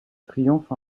triomphe